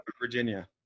Virginia